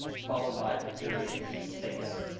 followed by a period and a space.